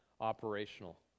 operational